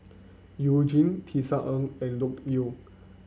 You Jin Tisa Ng and Loke Yew